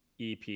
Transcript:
EP